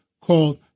called